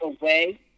away